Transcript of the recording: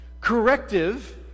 Corrective